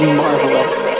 marvelous